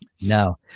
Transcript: No